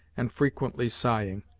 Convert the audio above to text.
and frequently sighing.